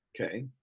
Okay